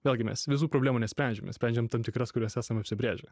vėlgi mes visų problemų nesprendžiam mes sprendžiam tam tikras kurias esam apsibrėžę